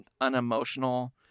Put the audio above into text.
unemotional